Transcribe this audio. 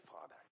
Father